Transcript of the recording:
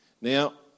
Now